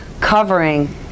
Covering